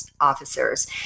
officers